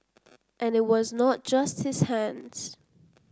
and it was not just his hands